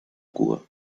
cuba